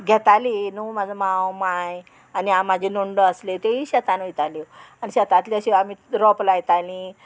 घेताली न्हू म्हाजो माव माय आनी हांव म्हाजे नंडो आसल्यो त्योय शेतान वयताल्यो आनी शेतांतल्यो अश्यो आमी रोंप लायताली